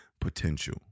potential